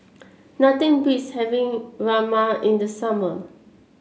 nothing beats having Rajma in the summer